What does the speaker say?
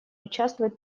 участвует